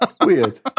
Weird